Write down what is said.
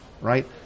right